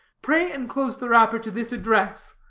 pray enclose the wrapper to this address,